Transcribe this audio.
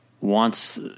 wants